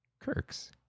Kirk's